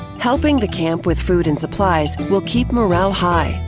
helping the camp with food and supplies will keep morale high,